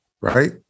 right